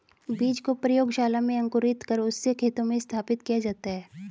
बीज को प्रयोगशाला में अंकुरित कर उससे खेतों में स्थापित किया जाता है